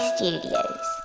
Studios